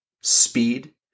speed